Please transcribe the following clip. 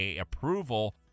approval